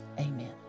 amen